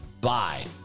Bye